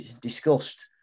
discussed